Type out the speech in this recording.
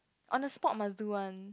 on the spot must do one